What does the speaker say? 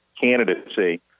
candidacy